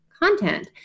content